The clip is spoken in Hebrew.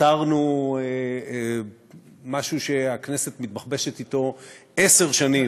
פתרנו משהו שהכנסת מתבחבשת אתו עשר שנים,